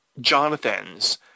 jonathan's